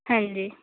ਹਾਂਜੀ